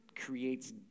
creates